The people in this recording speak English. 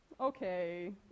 okay